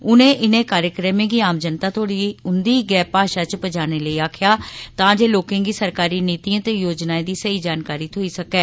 उनें इनें कार्यक्रमें गी आम जनता तोड़ी उंदी गै भाषा च पजाने लेई आक्खेआ तां जे लोकें गी सरकारी नीतिएं ते योजनाएं दी सेही जानकारी थ्होई सकै